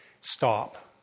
stop